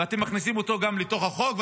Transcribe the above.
ואתם מכניסים גם אותו לתוך החוק,